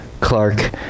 Clark